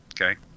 Okay